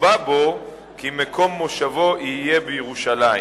ונקבע בו כי מקום מושבו יהיה בירושלים.